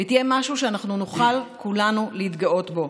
והיא תהיה משהו שנוכל כולנו להתגאות בו.